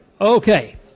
Okay